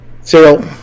Cyril